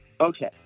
Okay